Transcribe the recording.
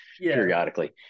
periodically